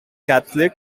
catholic